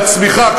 בצמיחה,